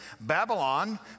Babylon